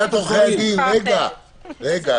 לשכת עורכי הדין, סליחה, רגע.